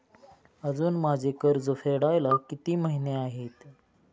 अजुन माझे कर्ज फेडायला किती महिने आहेत?